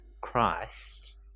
Christ